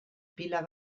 pila